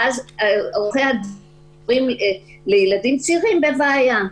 ואז עורכי הדין שהם הורים לילדים צעירים נמצאים בבעיה.